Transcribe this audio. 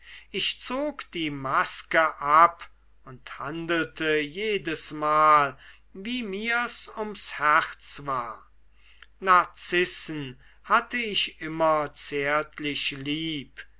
ich zog die maske ab und handelte jedesmal wie mir's ums herz war narzissen hatte ich immer zärtlich lieb